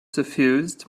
suffused